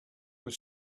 were